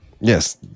Yes